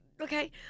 Okay